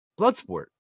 Bloodsport